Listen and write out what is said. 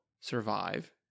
survive